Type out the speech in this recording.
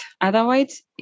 otherwise